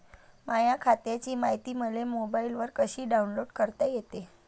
माह्या बँक खात्याची मायती मले मोबाईलवर कसी डाऊनलोड करता येते?